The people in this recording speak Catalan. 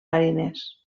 mariners